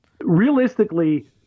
realistically